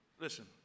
Listen